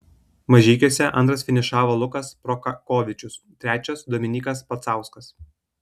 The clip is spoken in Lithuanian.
mažeikiuose antras finišavo lukas prokopavičius trečias dominykas pacauskas